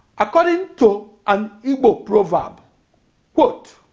according to an igbo proverb but